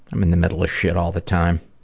i'm in the middle of shit all the time.